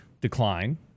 decline